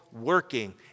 working